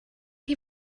chi